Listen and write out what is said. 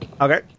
Okay